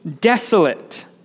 desolate